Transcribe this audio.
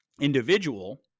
individual